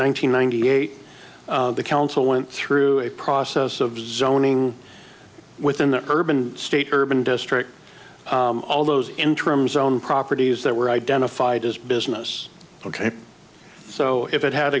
hundred ninety eight the council went through a process of zoning within the urban state urban district all those interims own properties that were identified as business ok so if it had